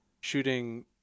shooting